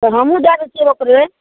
तब हमहुँ दए दै छियै ओकरे